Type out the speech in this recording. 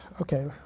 Okay